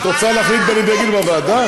את רוצה להחליף את בני בגין בוועדה?